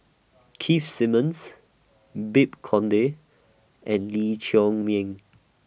Keith Simmons Babes Conde and Lee Chiaw Meng